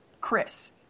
Chris